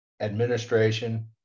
administration